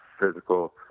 physical